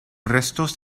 restos